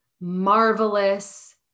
marvelous